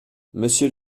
monsieur